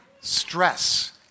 stress